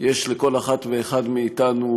יש לכל אחת ואחד מאתנו